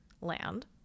land